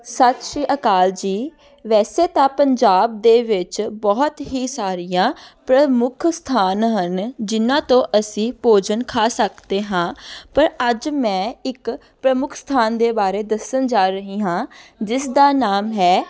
ਸਤਿ ਸ਼੍ਰੀ ਅਕਾਲ ਜੀ ਵੈਸੇ ਤਾਂ ਪੰਜਾਬ ਦੇ ਵਿੱਚ ਬਹੁਤ ਹੀ ਸਾਰੀਆਂ ਪ੍ਰਮੁੱਖ ਸਥਾਨ ਹਨ ਜਿਨ੍ਹਾਂ ਤੋਂ ਅਸੀਂ ਭੋਜਨ ਖਾ ਸਕਦੇ ਹਾਂ ਪਰ ਅੱਜ ਮੈਂ ਇੱਕ ਪ੍ਰਮੁੱਖ ਸਥਾਨ ਦੇ ਬਾਰੇ ਦੱਸਣ ਜਾ ਰਹੀ ਹਾਂ ਜਿਸ ਦਾ ਨਾਮ ਹੈ